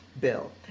bill